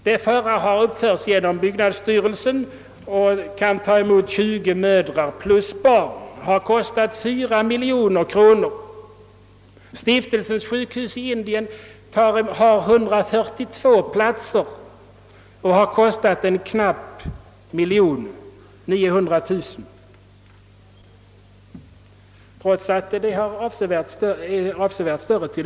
Det förra har uppförts genom byggnadsstyrelsen och kan ta emot 20 mödrar med barn. Det har kostat 4 miljoner kronor. Stiftelsens sjukhus i Indien har 142 platser och har, trots att det är avsevärt större till ytan, kostat en knapp miljon eller 900 000 kronor.